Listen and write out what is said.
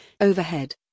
Overhead